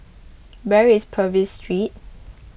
where is Purvis Street